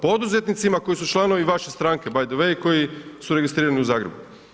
Poduzetnicima koji su članovi vaše stranke, btw., koji su registrirani u Zagrebu.